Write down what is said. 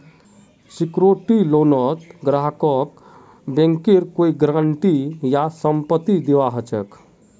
secured लोनत ग्राहकक बैंकेर कोई गारंटी या संपत्ति दीबा ह छेक